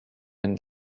and